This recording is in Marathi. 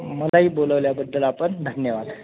मलाही बोलवल्याबद्दल आपण धन्यवाद